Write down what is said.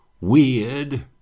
Weird